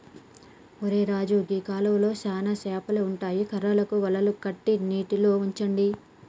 ఒరై రాజు గీ కాలువలో చానా సేపలు ఉంటాయి కర్రలకు వలలు కట్టి నీటిలో ఉంచండి